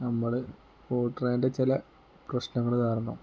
നമ്മൾ ഓട്ട്രേൻ്റെ ചില പ്രശ്നങ്ങൾ കാരണം